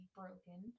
broken